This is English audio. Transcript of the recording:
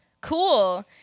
cool